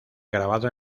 grabado